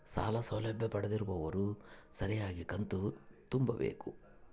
ಸಾಲ ಸೌಲಭ್ಯ ಪಡೆದಿರುವವರು ಸರಿಯಾಗಿ ಕಂತು ತುಂಬಬೇಕು?